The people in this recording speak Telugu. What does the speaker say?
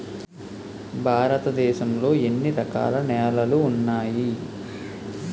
భారతదేశం లో ఎన్ని రకాల నేలలు ఉన్నాయి?